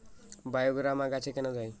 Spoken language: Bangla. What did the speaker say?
বায়োগ্রামা গাছে কেন দেয়?